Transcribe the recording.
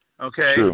okay